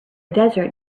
desert